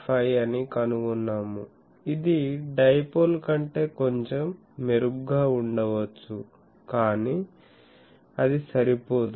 5 అని కనుగొన్నాము ఇది డైపోల్ కంటే కొంచెం మెరుగ్గా ఉండవచ్చు కానీ అది సరిపోదు